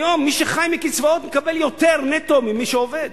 היום מי שחי מקצבאות מקבל יותר נטו ממי שעובד.